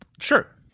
Sure